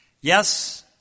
Yes